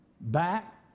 back